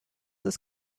ist